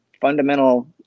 fundamental